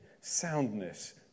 soundness